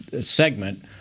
segment